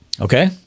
Okay